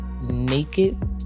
Naked